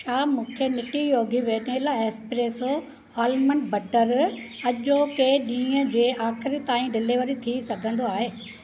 छा मूंखे Nutty Yogi vanilla espresso almond butter अॼोके ॾींहं जे आख़िर ताईं डिलीवर थी सघंदो आहे